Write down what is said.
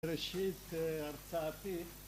ראשית הצעתי